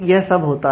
यह सब होता है